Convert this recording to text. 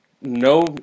No